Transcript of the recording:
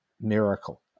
miracle